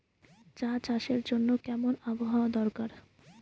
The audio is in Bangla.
চা চাষের জন্য কেমন আবহাওয়া দরকার?